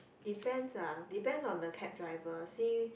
depends ah depends on the cab driver see